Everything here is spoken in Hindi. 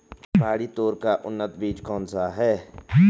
पहाड़ी तोर का उन्नत बीज कौन सा है?